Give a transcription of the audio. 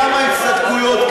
כמה הצטדקויות,